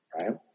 right